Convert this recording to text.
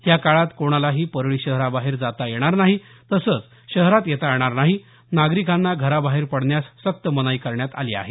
या काळात कोणालाही परळी शहराबाहेर जाता येणार नाही तसंच शहरात येता येणार नाही नागरिकांना घराबाहेर पडण्यास सक्त मनाई करण्यात आली आहे